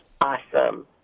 awesome